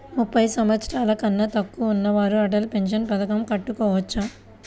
ముప్పై సంవత్సరాలకన్నా తక్కువ ఉన్నవారు అటల్ పెన్షన్ పథకం కట్టుకోవచ్చా?